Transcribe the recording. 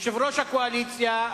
יושב-ראש הקואליציה,